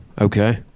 Okay